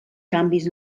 canvis